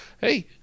hey